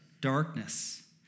darkness